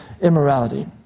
immorality